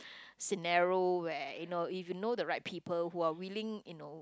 scenario where you know if you know the right people who are willing you know